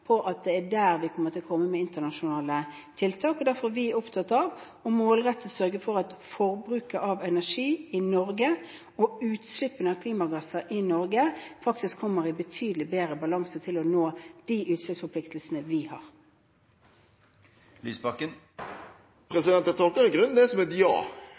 på at det er der vi kommer til å komme med internasjonale tiltak. Derfor er vi opptatt av målrettet å sørge for at forbruket av energi i Norge og utslippene av klimagasser i Norge kommer i betydelig bedre balanse med hensyn til å nå de utslippsforpliktelsene vi har. Jeg tolker i grunnen det som et ja.